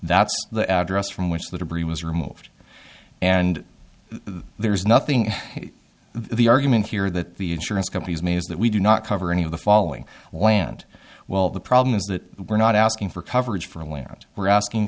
that's the address from which the debris was removed and there is nothing the argument here that the insurance companies made is that we do not cover any of the following land well the problem is that we're not asking for coverage for a land we're asking